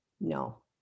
No